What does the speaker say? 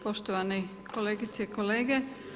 Poštovani kolegice i kolege.